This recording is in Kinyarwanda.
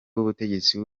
w’ubutegetsi